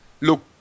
look